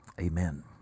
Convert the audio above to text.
amen